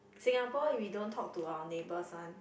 Singapore we don't talk to our neighbors one